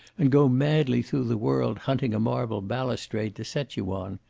and go madly through the world hunting a marble balustrade to set you on.